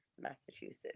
massachusetts